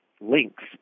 links